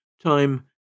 Time